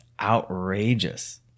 outrageous